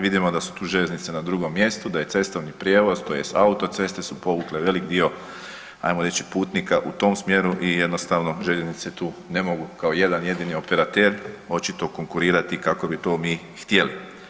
Vidimo da su tu željeznice na drugom mjestu, da je cestovni prijevoz tj. autoceste su povukle velik dio ajmo reći putnika u tom smjeru i jednostavno željeznice tu ne mogu kao jedan jedini operater moći to konkurirati kako bi to mi htjeli.